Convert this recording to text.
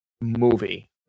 movie